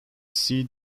seed